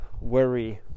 worry